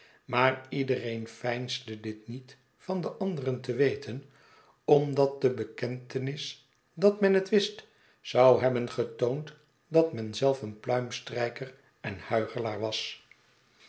maar iedereen veinsde dit niet van de anderen te weten omdat de bekentenis dat men het wist zou hebben getoond dat men zelf een pluimstrijker en huichelaar was